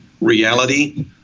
reality